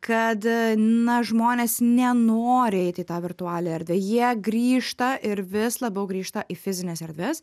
kad na žmonės nenori eit į tą virtualią erdvę jie grįžta ir vis labiau grįžta į fizines erdves